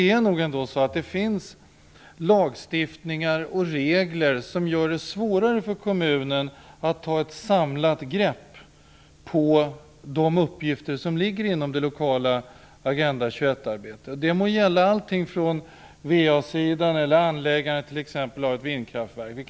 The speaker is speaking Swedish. Det finns lagstiftningar och regler som gör det svårare för kommunerna att ta ett samlat grepp på de uppgifter som ligger inom det lokala Agenda 21 arbetet. Det må gälla allting från VA-sidan till anläggande av t.ex. ett vindkraftverk.